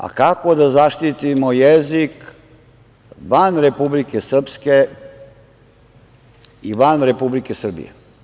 A kako da zaštitimo jezik van Republike Srpske i van Republike Srbije?